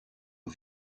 aux